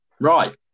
Right